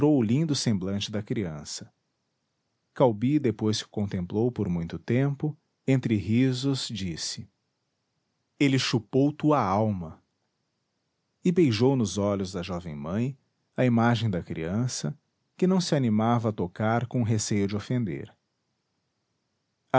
lindo semblante da criança caubi depois que o contemplou por muito tempo entre risos disse ele chupou tua alma e beijou nos olhos da jovem mãe a imagem da criança que não se animava tocar com receio de ofender